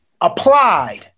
Applied